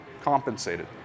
compensated